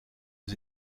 aux